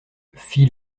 fit